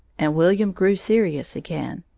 and william grew serious again.